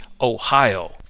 Ohio